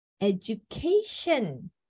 education